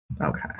Okay